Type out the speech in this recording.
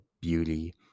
beauty